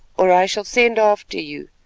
or i shall send after you,